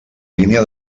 línia